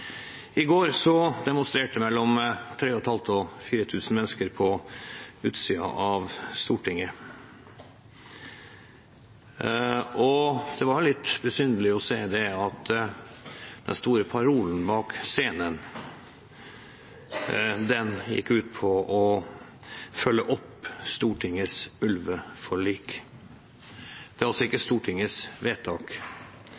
I går demonstrerte mellom 3 500 og 4 000 mennesker på utsiden av Stortinget, og det var litt besynderlig å se at den store parolen bak scenen gikk ut på å følge opp Stortingets ulveforlik. Det er altså ikke